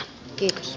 kiitos